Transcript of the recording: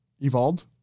Evolved